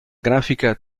grafica